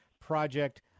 Project